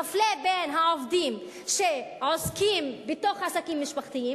מפלה בין העובדים שעוסקים בעסקים משפחתיים